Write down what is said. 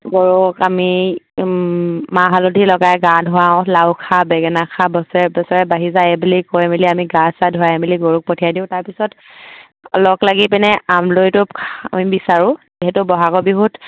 গৰুক আমি মাহ হালধি লগাই গা ধুৱাওঁ লাও খা বেঙেনা খা বছৰে বছৰে বাঢ়ি যা এই বুলি কৈ মেলি আমি গা চা ধুৱাই মেলি গৰুক পঠিয়াই দিওঁ তাৰপিছত লগ লাগি পিনে আম আমিৰলি টোপ বিচাৰোঁ যিহেতু বহাগৰ বিহুত